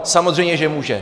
Samozřejmě že může.